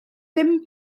ddim